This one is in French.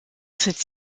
cette